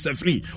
free